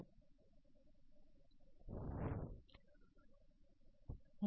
വിദ്യാർത്ഥികൾ കടന്നുപോകുന്ന പ്രതിഫലനത്തെ വിലയിരുത്തുന്നത് വളരെ ബുദ്ധിമുട്ടാണ്